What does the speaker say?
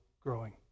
growing